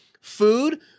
Food